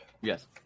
Yes